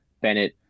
Bennett